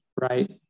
right